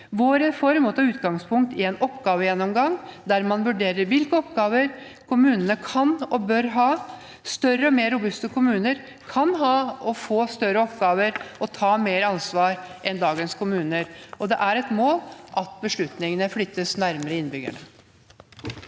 Vår reform må ta utgangspunkt i en oppgavegjennomgang der man vurderer hvilke oppgaver kommunene kan og bør ha. Større og mer robuste kommuner kan ha og få større oppgaver og ta mer ansvar enn dagens kommuner, og det er et mål at beslutningene flyttes nærmere innbyggerne.